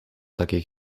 takiej